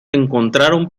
encontraron